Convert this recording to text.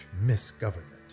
misgovernment